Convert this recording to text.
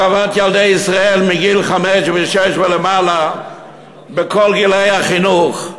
הרעבת ילדי ישראל מגיל חמש ושש ומעלה בכל גילאי החינוך.